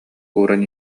ууран